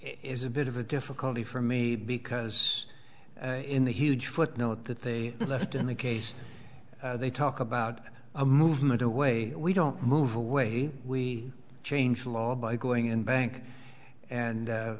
is a bit of a difficulty for me because in the huge footnote that the left in the case they talk about a movement away we don't move away we change the law by going in bank and